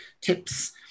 tips